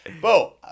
Bo